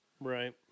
Right